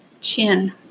Chin